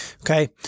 Okay